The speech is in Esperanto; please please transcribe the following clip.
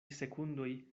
sekundoj